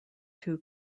two